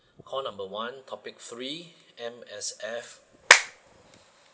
call number one topic three M_S_F